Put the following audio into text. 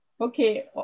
Okay